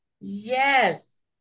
Yes